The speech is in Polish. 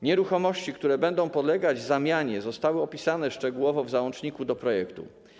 Nieruchomości, które będą podlegać zamianie, zostały opisane szczegółowo w załączniku do projektu.